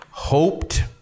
hoped